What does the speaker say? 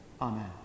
Amen